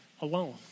alone